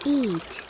eat